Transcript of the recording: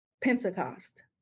Pentecost